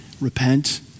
repent